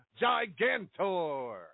gigantor